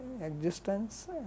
existence